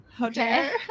okay